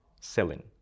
selling